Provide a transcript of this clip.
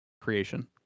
creation